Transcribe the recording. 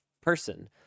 person